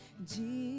Jesus